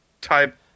type